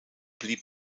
blieb